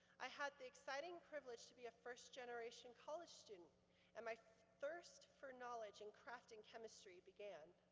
i had the exciting privilege to be a first generation college student and my thirst for knowledge in craft and chemistry began.